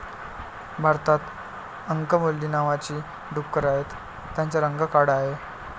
भारतात अंकमली नावाची डुकरं आहेत, त्यांचा रंग काळा आहे